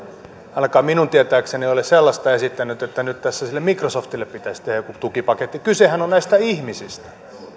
ainakaan minun tietääkseni ole sellaista esittänyt että nyt tässä sille microsoftille pitäisi tehdä joku tukipaketti kysehän on näistä ihmisistä